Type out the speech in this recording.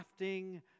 crafting